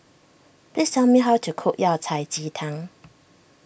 please tell me how to cook Yao Cai Ji Tang